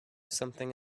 something